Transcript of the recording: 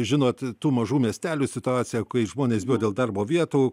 žinot tų mažų miestelių situaciją kai žmonės bijo dėl darbo vietų